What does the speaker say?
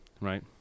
right